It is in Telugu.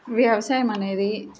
వ్యవసాయం అనేది